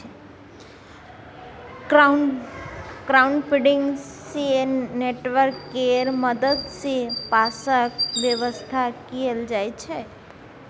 crowdfunding सँ internet केर मदद सँ पैसाक बेबस्था कएल जाइ छै